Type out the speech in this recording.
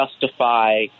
justify